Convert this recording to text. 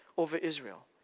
over israel.